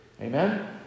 Amen